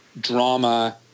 drama